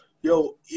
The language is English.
Yo